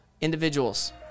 individuals